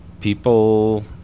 people